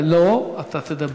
ולא, אתה תדבר.